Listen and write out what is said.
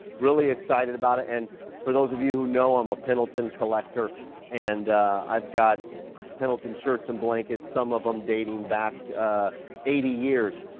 really excited about it and for those of you who know i'm a pendleton collector and i've got pendleton shirts and blankets. some of em dating back eighty years,